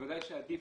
בוודאי עדיף